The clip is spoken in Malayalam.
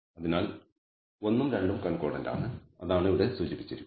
അതിനാൽ 1 ഉം 2 ഉം കൺകോർഡൻറ് ആണ് അതാണ് ഇവിടെ സൂചിപ്പിച്ചിരിക്കുന്നത്